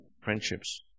friendships